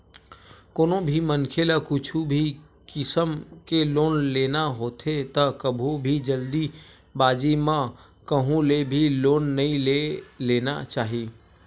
कोनो भी मनखे ल कुछु भी किसम के लोन लेना होथे त कभू भी जल्दीबाजी म कहूँ ले भी लोन नइ ले लेना चाही